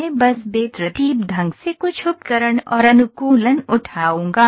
मैं बस बेतरतीब ढंग से कुछ उपकरण और अनुकूलन उठाऊंगा